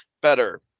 better